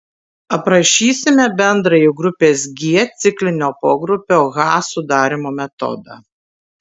aprašysime bendrąjį grupės g ciklinio pogrupio h sudarymo metodą